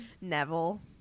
Neville